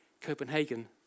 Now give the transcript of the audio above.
Copenhagen